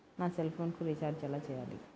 నా సెల్ఫోన్కు రీచార్జ్ ఎలా చేయాలి?